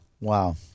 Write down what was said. Wow